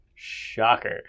shocker